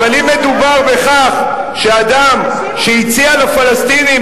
אבל אם מדובר בכך שאדם שהציע לפלסטינים,